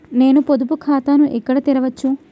నేను పొదుపు ఖాతాను ఎక్కడ తెరవచ్చు?